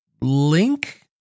link